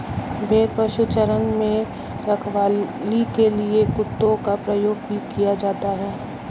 भेड़ पशुचारण में रखवाली के लिए कुत्तों का प्रयोग भी किया जाता है